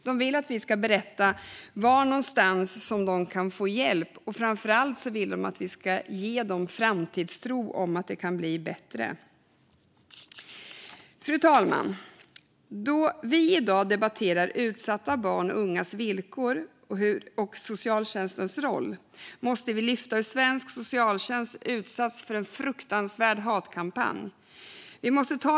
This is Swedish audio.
De vill att vi ska berätta var de kan få hjälp, och framför allt vill de att vi ska ge dem framtidstro på att det kan bli bättre. Fru talman! Eftersom vi debatterar utsatta barns och ungas villkor och socialtjänstens roll måste jag ta upp den fruktansvärda hatkampanj som svensk socialtjänst utsätts för.